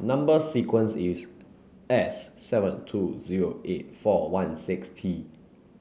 number sequence is S seven two zero eight four one six T